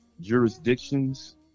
jurisdictions